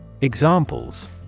Examples